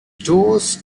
doors